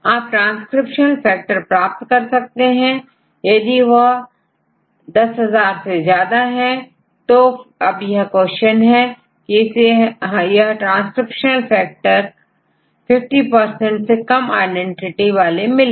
आप transcription factor प्राप्त कर सकते हैं यदि यह 10000 से ज्यादा है तो अब यह प्रश्न है कि हमें यह ट्रांसक्रिप्शन फैक्टर 50से कम आइडेंटिटी वाले मिले